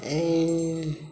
ऐऽऽ